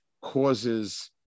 causes